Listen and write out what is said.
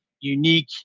unique